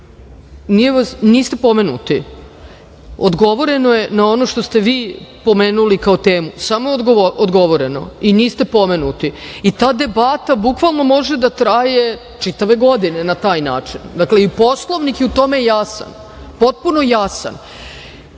niste pomenuti. Odgovoreno je na ono što ste vi pomenuli kao temu. Samo odgovoreno i niste pomenuti i ta debata bukvalno može da traje čitave godine na taj način. Dakle, i Poslovnik je u tome jasan. Potpuno jasan.